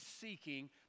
seeking